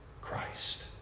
Christ